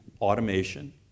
automation